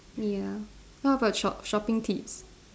ya how about shop shopping tips